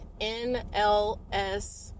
NLS